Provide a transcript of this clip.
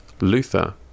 Luther